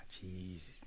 Jesus